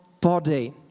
body